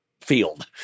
field